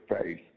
face